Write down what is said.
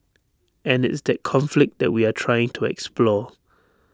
and it's that conflict that we are trying to explore